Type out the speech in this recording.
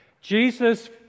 Jesus